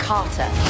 Carter